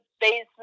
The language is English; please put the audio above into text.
basement